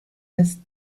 west